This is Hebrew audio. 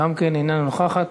גם כן אינה נוכחת.